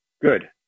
Good